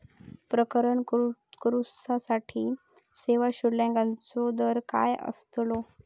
प्रकरण करूसाठी सेवा शुल्काचो दर काय अस्तलो?